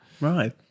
Right